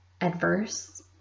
adverse